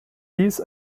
dies